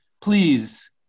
Please